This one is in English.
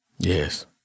Yes